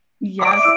Yes